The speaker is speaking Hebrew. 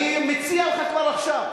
אני מציע לך כבר עכשיו.